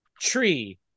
tree